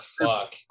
fuck